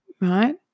Right